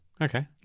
Okay